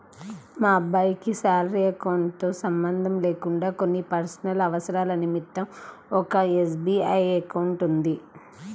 మా అబ్బాయికి salary account తో సంబంధం లేకుండా కొన్ని పర్సనల్ అవసరాల నిమిత్తం ఒక ఎస్.బీ.ఐ అకౌంట్ ఉంది